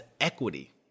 equity